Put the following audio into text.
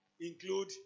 include